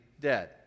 dead